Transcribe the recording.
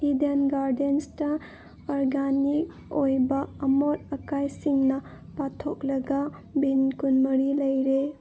Eden ꯒꯥꯔꯗꯦꯟꯁꯇ organic ꯑꯣꯏꯕ ꯑꯃꯣꯠ ꯑꯀꯥꯏꯁꯤꯡꯅ ꯄꯥꯊꯣꯛꯂꯒ ꯕꯤꯟ ꯀꯨꯟꯃꯔꯤ ꯂꯩꯔꯦ